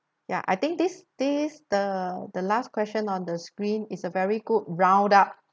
ya I think this this the the last question on the screen is a very good round up